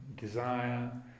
desire